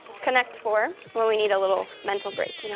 connect four, when we need a little mental break. you know